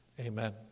amen